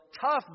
Tough